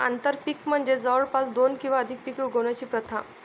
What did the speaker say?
आंतरपीक म्हणजे जवळपास दोन किंवा अधिक पिके उगवण्याची प्रथा